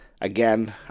Again